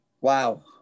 Wow